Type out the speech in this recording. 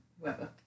whoever